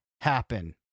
happen